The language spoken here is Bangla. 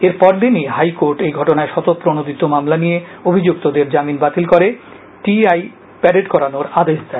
এরপর দিনই হাইকোর্ট এই ঘটনায় স্বতঃপ্রনোদিত মামলা নিয়ে অভিযুক্তদের জামিন বাতিল করে টিআই প্যারেডে করানোর আদেশ দেয়